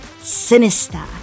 sinister